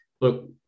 Look